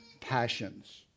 passions